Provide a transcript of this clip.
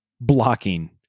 blocking